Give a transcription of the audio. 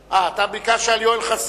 אה, אתה ביקשת על השאילתא של יואל חסון.